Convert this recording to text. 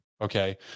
okay